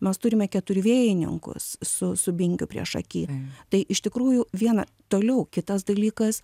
mes turime keturvėjininkus su su bingiu priešaky tai iš tikrųjų viena toliau kitas dalykas